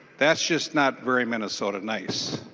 that's just not very minnesota nice.